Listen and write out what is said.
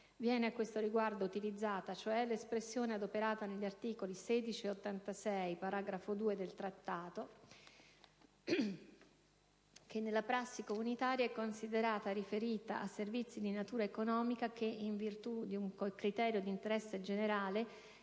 Viene a questo riguardo utilizzata, cioè, l'espressione, adoperata negli articoli 16 e 86, paragrafo 2 del Trattato, che nella prassi comunitaria è considerata riferita a servizi di natura economica che, in virtù di un criterio di interesse generale,